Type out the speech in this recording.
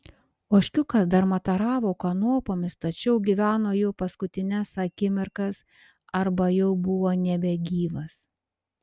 ožkiukas dar mataravo kanopomis tačiau gyveno jau paskutines akimirkas arba jau buvo nebegyvas